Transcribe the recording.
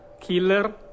Killer